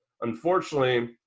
unfortunately